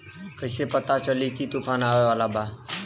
कइसे पता चली की तूफान आवा वाला बा?